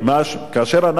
כאשר אנחנו,